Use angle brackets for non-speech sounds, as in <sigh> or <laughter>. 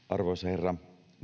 <unintelligible> arvoisa herra